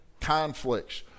conflicts